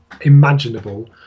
imaginable